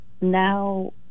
now